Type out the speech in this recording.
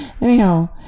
Anyhow